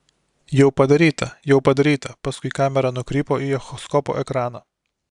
jau padaryta jau padaryta paskui kamera nukrypo į echoskopo ekraną